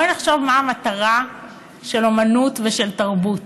בואי נחשוב מה המטרה של אומנות ושל תרבות.